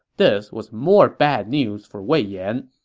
this was more bad news for wei yan,